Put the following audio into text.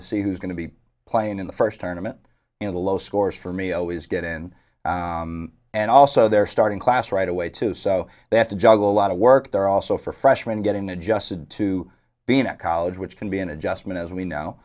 to see who's going to be playing in the first tournament in the low scores for me i always get in and also they're starting class right away too so they have to juggle a lot of work there also for freshmen getting adjusted to being at college which can be an adjustment as we now